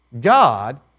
God